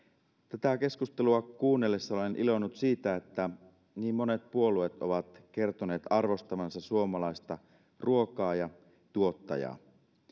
tätä keskustelua kuunnellessani olen iloinnut siitä että niin monet puolueet ovat kertoneet arvostavansa suomalaista ruokaa ja tuottajaa